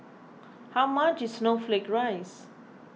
how much is Snowflake Ice